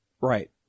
Right